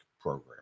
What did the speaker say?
Program